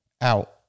out